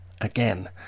again